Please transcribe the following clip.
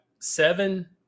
Seven